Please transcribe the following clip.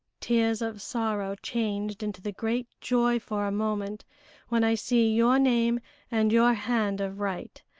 tears of sorrow changed into the great joy for a moment when i see your name and your hand of write.